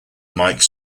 mike